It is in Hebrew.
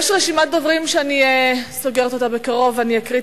התשע"א 2011, עברה בקריאה